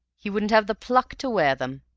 he wouldn't have the pluck to wear them.